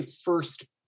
first